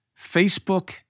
Facebook